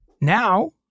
Now